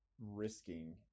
risking